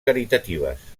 caritatives